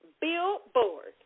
Billboard